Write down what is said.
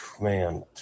Man